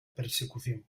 persecución